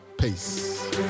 peace